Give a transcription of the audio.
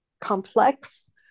complex